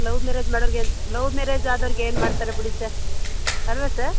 love marriage ಮಾಡೋರ್ಗೆ ಅನ್ love marriage ಆದೋರಿಗೆ ಏನು ಮಾಡ್ತಾರೆ ಬಿಡಿ ಸ ಅಲ್ಲವಾ ಸ